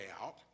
out